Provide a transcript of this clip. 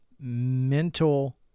mental